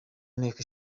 nteko